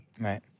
Right